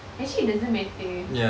actually it doesn't matter